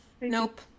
Nope